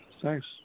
Thanks